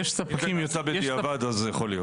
אם זה נעשה בדיעבד אז זה יכול להיות.